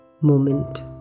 moment